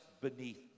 beneath